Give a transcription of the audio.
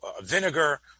vinegar